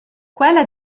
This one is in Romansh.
quella